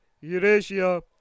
Eurasia